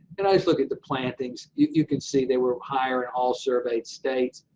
and i just look at the plantings. you can see they were higher in all surveyed states.